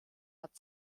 hat